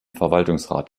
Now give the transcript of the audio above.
verwaltungsrat